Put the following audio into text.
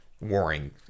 warring